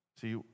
See